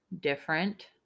different